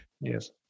Yes